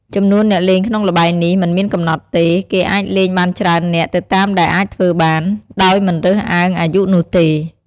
ចំនួនអ្នកលេងក្នុងល្បែងនេះមិនមានកំណត់ទេ គេអាចលេងបានច្រើននាក់ទៅតាមដែលអាចធ្វើបាន ដោយមិនរើសអើងអាយុនោះទេ។